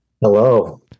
Hello